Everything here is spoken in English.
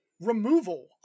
removal